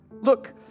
Look